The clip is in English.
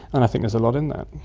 and i think there's a lot in that.